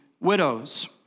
widows